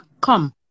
come